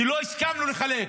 כי לא הסכנו לחלק.